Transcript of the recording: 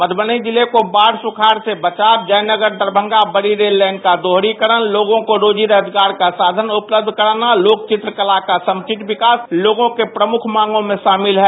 मधुबनी जिले को बाढ सुखाड से बचाव जयनगर से दरभंगा रेल लाइन का दोहरणीकरण लोगों को रोजी रोजगार का साधन उपलब्ध कराना लोक चित्रकला का समुचित विकास लोगों की प्रमुख मांगों में शामिल है